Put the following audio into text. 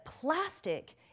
plastic